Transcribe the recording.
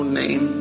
name